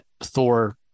Thor